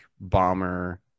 bomber